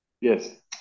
Yes